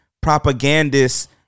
propagandists